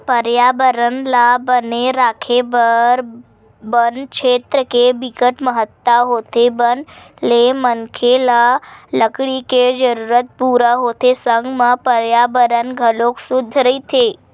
परयाबरन ल बने राखे बर बन छेत्र के बिकट महत्ता होथे बन ले मनखे ल लकड़ी के जरूरत पूरा होथे संग म परयाबरन घलोक सुद्ध रहिथे